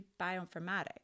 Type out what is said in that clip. bioinformatics